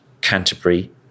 Canterbury